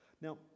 Now